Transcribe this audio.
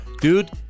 dude